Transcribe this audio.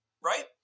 right